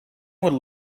would